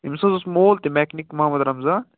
أمِس حظ اوس مول تہِ میکنِک محمد رمضان